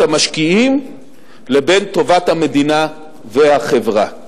המשקיעים לבין טובת המדינה והחברה.